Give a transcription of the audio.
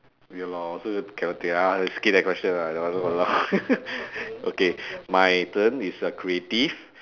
ya lor so you cannot think ah just skip that question lah that one !walao! okay my turn is a creative